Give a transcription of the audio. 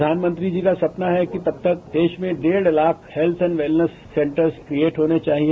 प्रधानमंत्री जी का सपना है कि तब तक देश में डेढ़ lakh health and wellness centres create होने चाहिए